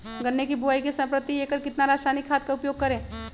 गन्ने की बुवाई के समय प्रति एकड़ कितना रासायनिक खाद का उपयोग करें?